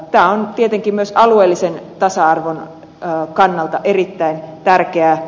tämä on tietenkin myös alueellisen tasa arvon kannalta erittäin tärkeää